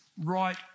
right